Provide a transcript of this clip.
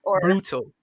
brutal